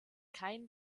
kein